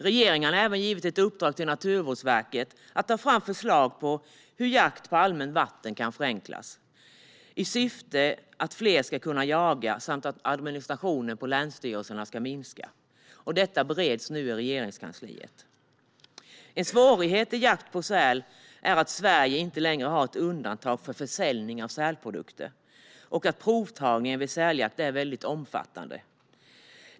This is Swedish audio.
Regeringen har dessutom gett Naturvårdsverket i uppdrag att ta fram förslag på hur jakt på allmänt vatten kan förenklas i syfte att fler ska kunna jaga och att administrationen på länsstyrelserna ska minska. Detta bereds nu i Regeringskansliet. En svårighet vad gäller jakt på säl är att Sverige inte längre har något undantag för försäljning av sälprodukter och att provtagningen vid säljakt är väldigt omfattande.